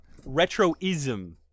Retroism